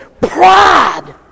pride